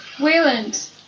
Wayland